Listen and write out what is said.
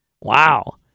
Wow